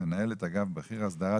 מנהלת אגף בכיר אסדרת